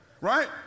Right